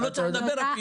הוא לא צריך לדבר אפילו.